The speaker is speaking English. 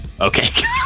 okay